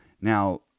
Now